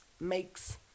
makes